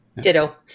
Ditto